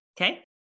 Okay